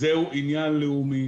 שזהו עניין לאומי,